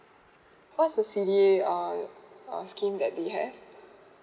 what's the C D A uh err scheme that they have